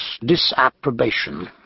disapprobation